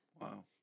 Wow